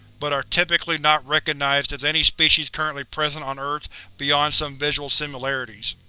but are typically not recognizable as any species currently present on earth beyond some visual similarities.